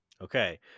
Okay